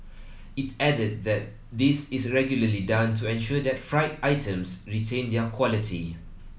it added that this is regularly done to ensure that fried items retain their quality